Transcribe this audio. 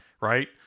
right